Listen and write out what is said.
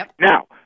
Now